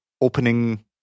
opening